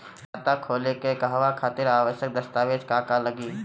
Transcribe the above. खाता खोले के कहवा खातिर आवश्यक दस्तावेज का का लगी?